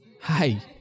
Hi